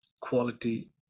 quality